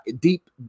deep